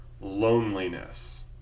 loneliness